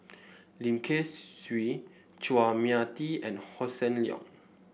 Lim Kay Siu Chua Mia Tee and Hossan Leong